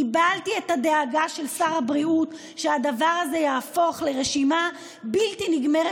קיבלתי את הדאגה של שר הבריאות שהדבר הזה יהפוך לרשימה בלתי נגמרת